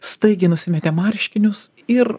staigiai nusimetė marškinius ir